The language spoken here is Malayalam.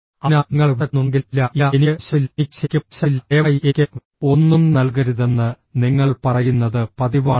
അതിനാൽ നിങ്ങൾക്ക് വിശക്കുന്നുണ്ടെങ്കിലും ഇല്ല ഇല്ല എനിക്ക് വിശപ്പില്ല എനിക്ക് ശരിക്കും വിശപ്പില്ല ദയവായി എനിക്ക് ഒന്നും നൽകരുതെന്ന് നിങ്ങൾ പറയുന്നത് പതിവാണ്